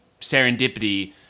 serendipity